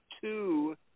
two